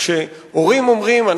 כשהורים אומרים,